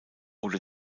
oder